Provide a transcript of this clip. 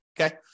okay